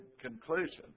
conclusion